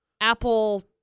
apple